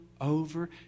over